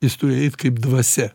jis turi eit kaip dvasia